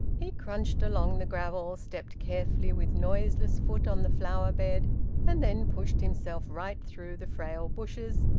he crunched along the gravel, stepped carefully with noiseless foot on the flower-bed, and then pushed himself right through the frail bushes,